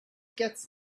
gets